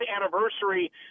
anniversary